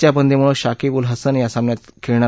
च्या बद्दींमुळे शाकिब उल हसन या सामन्यात नसणार